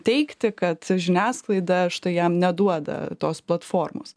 teigti kad žiniasklaida štai jam neduoda tos platformos